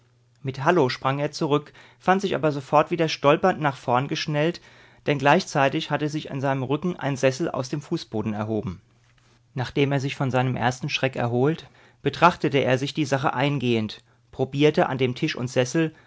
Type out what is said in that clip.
mit hallo sprang er zurück fand sich aber sofort wieder stolpernd nach vorn geschnellt denn gleichzeitig hatte sich in seinem rücken ein sessel aus dem fußboden erhoben nachdem er sich von seinem ersten schreck erholt betrachtete er sich die sache eingehend probierte an dem tisch und sessel